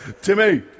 Timmy